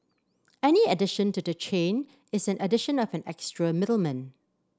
any addition to the chain is an addition of an extra middleman